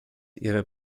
ihrer